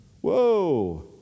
Whoa